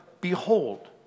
Behold